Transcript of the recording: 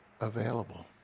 available